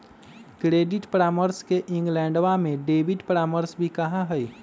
credit परामर्श के इंग्लैंडवा में डेबिट परामर्श भी कहा हई